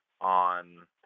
on